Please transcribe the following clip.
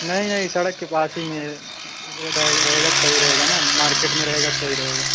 नहीं नहीं सड़क के पास ही में रहेगा तो सही रहेगा ना मार्केट में रहेगा तो सही रहेगा